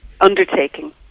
undertaking